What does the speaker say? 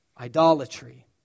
idolatry